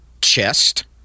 chest